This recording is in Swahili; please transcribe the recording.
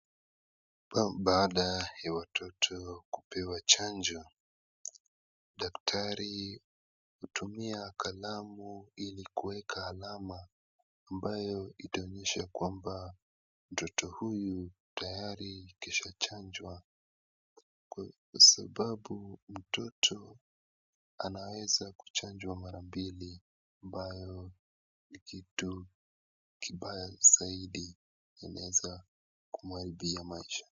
Baada ya watoto kupewa chanjo, daktari hutumia kalamu ili kuweka alama ambayo itaonyesha kwamba mtoto huyu tayari kishachanjwa kwa sababu mtoto anaweza kuchanjwa mara mbili ambayo ni kitu kibaya zaidi inaeza kumharibia macho.